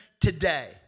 today